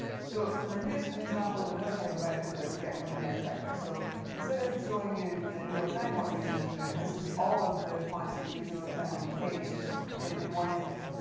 so and then here's an example of another type of output that we get from the eye tracker. so instead of showing you, in real time, what the user was doing, this is all of the points that the user looked at on the page in in one image.